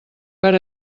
per